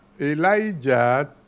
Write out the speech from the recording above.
Elijah